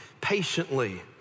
patiently